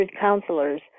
counselors